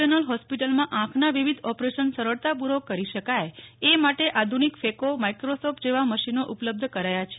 general હોસ્પિટલમાં આંખના વિવિધ ઓપરેશન સરળતાપૂર્વક કરી શકાય એ માટે આધુનિક ફેકો માઈક્રોસ્કોપ જેવા મશીનો ઉપલબ્ધ કરાયા છે